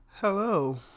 Hello